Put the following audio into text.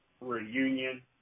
Reunion